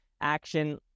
action